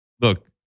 Look